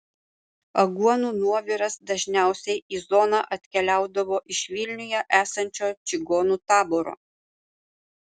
aguonų nuoviras dažniausiai į zoną atkeliaudavo iš vilniuje esančio čigonų taboro